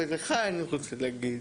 ולך אני רוצה להגיד